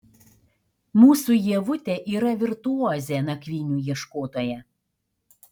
mūsų ievutė yra virtuozė nakvynių ieškotoja